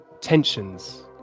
Tensions